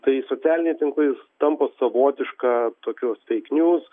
tai socialiniai tinklai tampa savotiška tokiu fake news